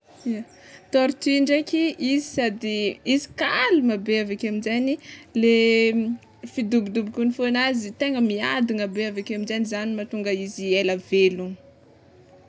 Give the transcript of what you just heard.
Ia, tortue ndraiky izy sady izy kalma be aveke aminjegny le fidobodobokin'ny fonazy tegna miadagna be aveke amizay zagny mahatonga izy ela velogna.